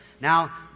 Now